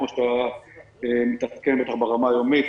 כמו שאתה מתעדכן ברמה היומית.